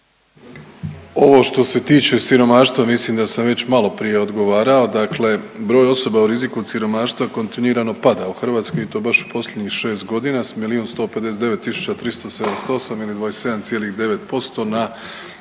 Ovo što se tiče siromaštva mislim da sam već malo prije odgovarao, dakle broj osoba u riziku od siromaštva kontinuirano pada u Hrvatskoj i to baš u posljednjih šest godina s milijun 159 tisuća 378 ili 27,9% na